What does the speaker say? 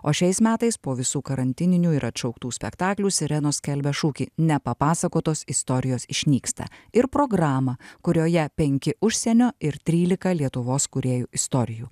o šiais metais po visų karantininių ir atšauktų spektaklių sirenos skelbia šūkį nepapasakotos istorijos išnyksta ir programą kurioje penki užsienio ir trylika lietuvos kūrėjų istorijų